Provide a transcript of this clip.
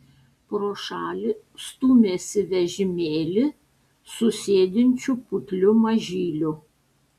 pro šalį stūmėsi vežimėlį su sėdinčiu putliu mažyliu